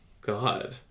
God